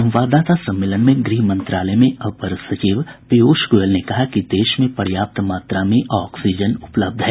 संवाददाता सम्मेलन में गृह मंत्रालय में अपर सचिव पीयूष गोयल ने कहा कि देश में पर्याप्त मात्रा में ऑक्सीजन उपलब्ध है